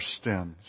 stems